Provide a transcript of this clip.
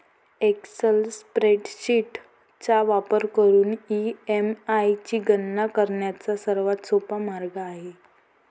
Excel spreadsheet चा वापर करून ई.एम.आय ची गणना करण्याचा सर्वात सोपा मार्ग आहे